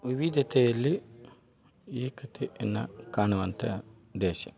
ವಿವಿಧತೆಯಲ್ಲಿ ಏಕತೆಯನ್ನ ಕಾಣುವಂಥ ದೇಶ